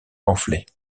pamphlets